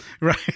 Right